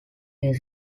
les